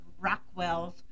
Rockwell's